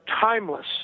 timeless